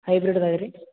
hybrid ಇದಾವೆ ರೀ